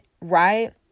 Right